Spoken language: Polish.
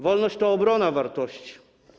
Wolność to obrona wartości.